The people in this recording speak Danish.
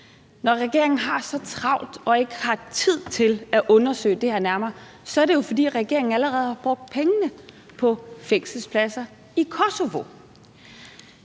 Når regeringen har så travlt og ikke har tid til at undersøge det her nærmere, er det jo, fordi regeringen allerede har brugt pengene på fængselspladser i Kosovo.